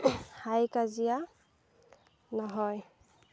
হাই কাজিয়া নহয়